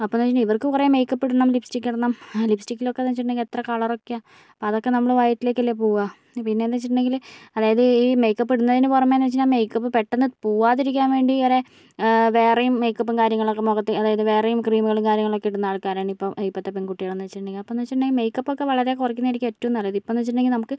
അപ്പം എന്ന് പറഞ്ഞാ ഇവർക്കു കുറെ മേക്കപ്പ് ഇടണം ലിപ്സ്റ്റിക്ക് ഇടണം ലിപ്സ്റ്റിക്കിലൊക്കേന്ന് വെച്ചിട്ടുണ്ടെങ്കിൽ എത്ര കളറൊക്കെയാ അപ്പ അതൊക്കെ നമ്മടെ വയറ്റിലേയ്ക്കല്ലേ പോകുക പിന്നെന്ന് വെച്ചിട്ടിണ്ടെങ്കില് അതായത് ഈ മേക്കപ്പ് ഇടുന്നതിന് പുറമേന്ന് വെച്ച് കഴിഞ്ഞാൽ മേക്കപ്പ് പെട്ടെന്ന് പോകാതെ ഇരിയ്ക്കാൻ വേണ്ടി വരെ വേറെയും മേയ്ക്കപ്പും കാര്യങ്ങളക്കെ മുഖത്ത് അതായത് വേറെയും ക്രീമുകളും കാര്യങ്ങളക്കെ ഇടുന്ന ആൾക്കാരാണ് ഇപ്പം ഇപ്പത്തെ പെൺകുട്ടികൾ എന്ന് വെച്ചിട്ടുണ്ടെങ്കി അപ്പം എന്ന് വെച്ചിട്ടുണ്ടെങ്കിൽ മേക്കപ്പ് ഒക്കെ വളരെ കുറയ്ക്കുന്നതായിരിക്കും ഏറ്റവും നല്ലത് ഇപ്പന്ന് വെച്ചിട്ടുണ്ടെങ്കിൽ നമക്ക്